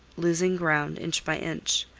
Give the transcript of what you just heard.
losing ground inch by inch,